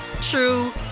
true